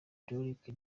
derick